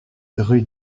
rue